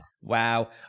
Wow